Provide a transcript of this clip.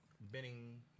Benning